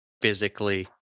physically